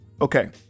Okay